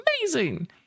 amazing